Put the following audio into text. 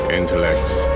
intellects